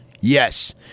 Yes